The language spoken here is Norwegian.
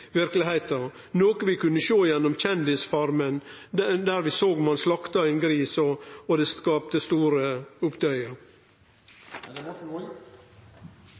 verkelegheita, noko vi kunne sjå gjennom Kjendis-Farmen, der vi såg at ein slakta ein gris, og det skapte store